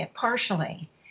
partially